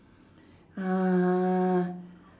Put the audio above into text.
uh